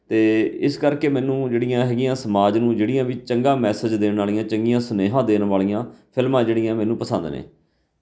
ਅਤੇ ਇਸ ਕਰਕੇ ਮੈਨੂੰ ਜਿਹੜੀਆਂ ਹੈਗੀਆਂ ਸਮਾਜ ਨੂੰ ਜਿਹੜੀਆਂ ਵੀ ਚੰਗਾ ਮੈਸੇਜ ਦੇਣ ਵਾਲੀਆਂ ਚੰਗੀਆਂ ਸੁਨੇਹਾ ਦੇਣ ਵਾਲੀਆਂ ਫਿਲਮਾਂ ਜਿਹੜੀਆਂ ਮੈਨੂੰ ਪਸੰਦ ਨੇ